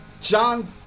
john